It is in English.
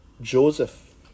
Joseph